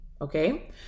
okay